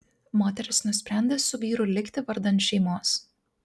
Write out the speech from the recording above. moteris nusprendė su vyru likti vardan šeimos